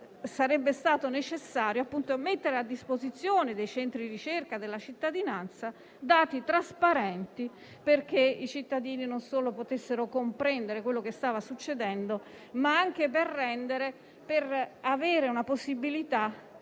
Sarebbe stato necessario mettere a disposizione dei centri di ricerca e della cittadinanza dati trasparenti non solo perché i cittadini potessero comprendere quello che stava succedendo, ma anche affinché i